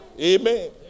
Amen